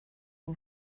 yng